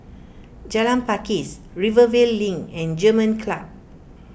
Jalan Pakis Rivervale Link and German Club